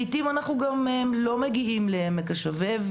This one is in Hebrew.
לעיתים אנחנו לא מגיעים לעמק השווה,